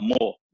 more